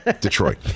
Detroit